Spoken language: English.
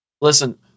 listen